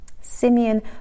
Simeon